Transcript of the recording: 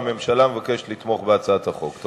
והממשלה מבקשת לתמוך בהצעת החוק.